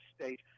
state